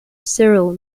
cyril